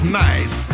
nice